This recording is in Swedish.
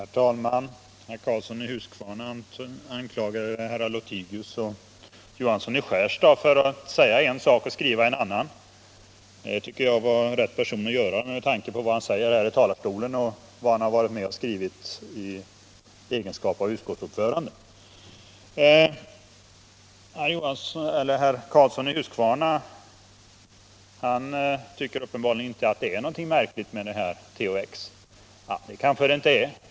Herr talman! Herr Karlsson i Huskvarna anklagade herrar Lothigius och Johansson i Skärstad för att säga en sak och skriva en annan. Det tycker jag inte att han var rätt person att göra med tanke på vad han säger här i talarstolen och vad han varit med och skrivit på i egenskap av utskottsordförande. Herr Karlsson i Huskvarna tycker uppenbarligen inte att det är något märkligt med THX. Det kanske det inte är.